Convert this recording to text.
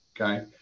okay